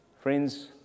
Friends